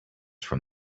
from